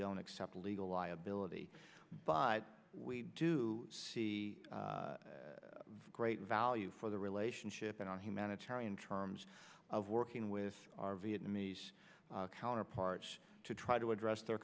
don't accept legal liability but we do see great value for the relationship and on humanitarian terms of working with our vietnamese counterparts to try to address their